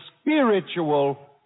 spiritual